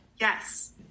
Yes